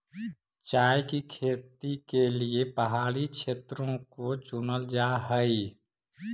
चाय की खेती के लिए पहाड़ी क्षेत्रों को चुनल जा हई